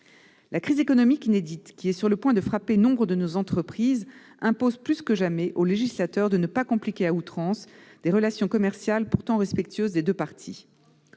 La crise économique inédite qui est sur le point de frapper nombre de nos entreprises impose plus que jamais au législateur de ne pas compliquer à outrance les relations commerciales respectueuses des deux parties.